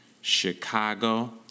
Chicago